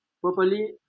properly